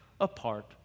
apart